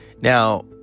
Now